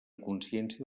consciència